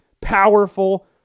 powerful